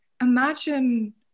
imagine